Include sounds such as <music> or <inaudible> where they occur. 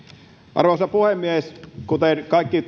arvoisa puhemies kuten kaikki <unintelligible>